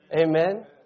Amen